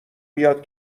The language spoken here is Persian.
بیاد